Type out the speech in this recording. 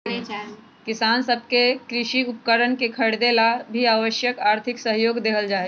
किसान सब के कृषि उपकरणवन के खरीदे ला भी आवश्यक आर्थिक सहयोग देवल जाहई